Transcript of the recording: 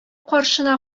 каршына